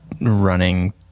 running